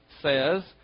says